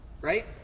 right